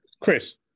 Chris